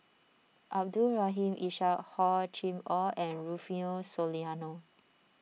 Abdul Rahim Ishak Hor Chim or and Rufino Soliano